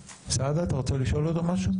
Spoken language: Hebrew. סעדה, אתה רוצה לשאול אותו משהו?